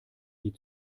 die